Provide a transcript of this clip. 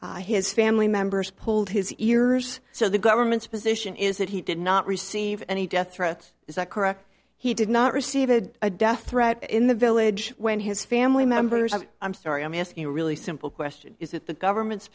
impugned his family members pulled his ears so the government's position is that he did not receive any death threats is that correct he did not receive a death threat in the village when his family members i'm sorry i'm asking a really simple question is it the government's